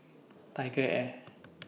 Tiger Air